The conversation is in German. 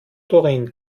doreen